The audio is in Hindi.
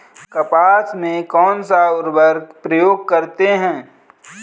कपास में कौनसा उर्वरक प्रयोग करते हैं?